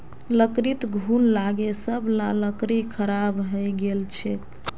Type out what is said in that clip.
लकड़ीत घुन लागे सब ला लकड़ी खराब हइ गेल छेक